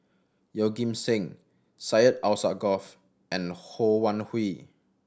Yeoh Ghim Seng Syed Alsagoff and Ho Wan Hui